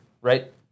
right